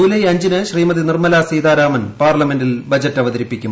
ജുലൈ അഞ്ചിന് ശ്രീമതി നിർമ്മലാ സീതാരാമൻ പാർലമെന്റിൽ ബജറ്റ് അവതരിപ്പിക്കും